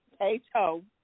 H-O